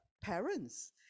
parents